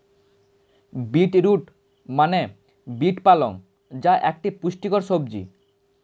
beet root মানে beet পালং যা একটি পুষ্টিকর সবজি